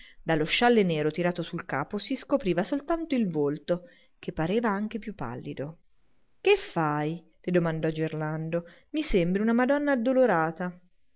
dallo scialle nero tirato sul capo si scopriva soltanto il volto che pareva anche più pallido che fai le domandò erlando i sembri una madonna addolorata